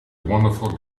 wonderful